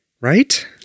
right